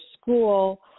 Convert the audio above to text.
school